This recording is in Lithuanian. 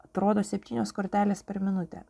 atrodo septynios kortelės per minutę